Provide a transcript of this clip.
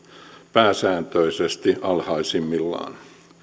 pääsääntöisesti alhaisimmillaan